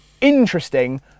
interesting